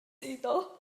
iddo